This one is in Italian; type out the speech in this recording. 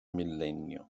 millennio